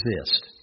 exist